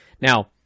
Now